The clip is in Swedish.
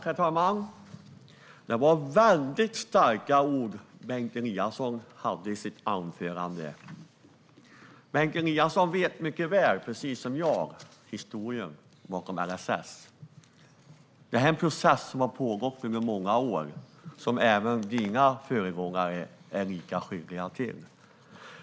Herr talman! Det var väldigt starka ord Bengt Eliasson använde i sitt anförande. Han känner precis som jag mycket väl till historien bakom LSS. Detta är en process som har pågått under många år och som även hans föregångare är lika skyldiga till.